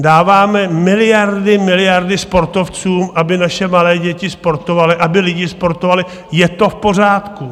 Dáváme miliardy, miliardy sportovcům, aby naše malé děti sportovaly, aby lidi sportovali, je to v pořádku.